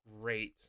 great